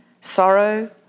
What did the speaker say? sorrow